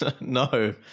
No